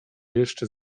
jeszcze